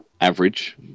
average